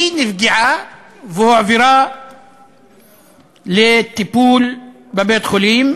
היא נפגעה והועברה לטיפול בבית-חולים,